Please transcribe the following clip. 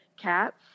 cats